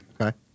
Okay